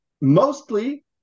mostly